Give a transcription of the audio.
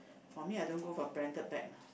for me I don't go for branded bag lah